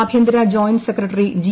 ആഭ്യന്തര joint secretary G